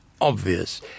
obvious